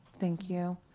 thank you.